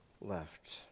left